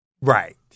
Right